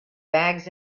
bags